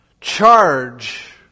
charge